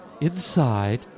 inside